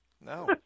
No